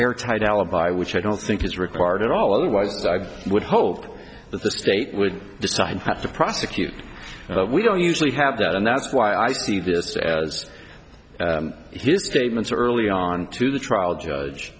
airtight alibi which i don't think is required at all otherwise i would hope that the state would decide to prosecute but we don't usually have that and that's why i see this as his statements early on to the trial judge